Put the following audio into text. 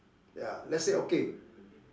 ya let's say okay